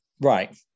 Right